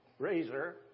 razor